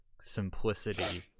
simplicity